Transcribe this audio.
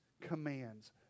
commands